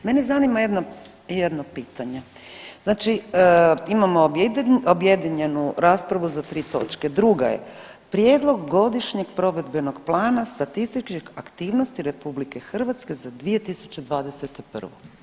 Mene zanima jedno pitanje, znači imamo objedinjenu raspravu za tri točke, druga je Prijedlog godišnjeg provedbenog plana statističkih aktivnosti RH za 2021.